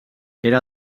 era